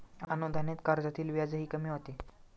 अनुदानित कर्जातील व्याजही कमी होते